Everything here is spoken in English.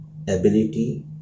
ability